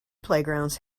playgrounds